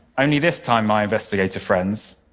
only this time, my investigator friends,